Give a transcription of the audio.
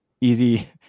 Easy